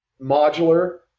modular